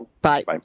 Bye